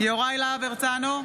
יוראי להב הרצנו,